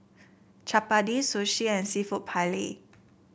Chapati Sushi and seafood Paella